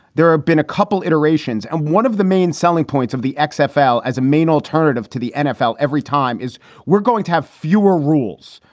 there have been a couple iterations and one of the main selling points of the sfl as a main alternative to the nfl every time is we're going to have fewer rules,